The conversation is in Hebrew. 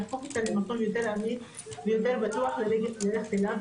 להפוך אותה למקום יותר אמין ויותר בטוח ללכת אליו.